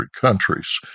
countries